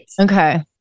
okay